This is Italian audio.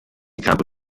campo